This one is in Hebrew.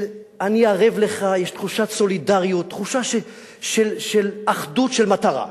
אני ערב לך, סולידריות, תחושה של אחדות של מטרה,